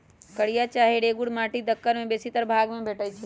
कारिया चाहे रेगुर माटि दक्कन के बेशीतर भाग में भेटै छै